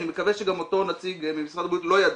ואני מקווה מאוד שאותו נציג ממשרד הבריאות לא ידע,